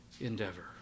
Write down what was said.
endeavor